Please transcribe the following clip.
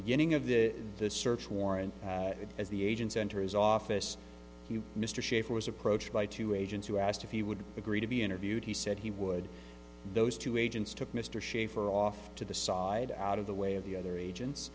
beginning of the search warrant as the agents enter his office mr shafer was approached by two agents who asked if he would agree to be interviewed he said he would those two agents took mr shafer off to the side out of the way of the other agents